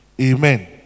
Amen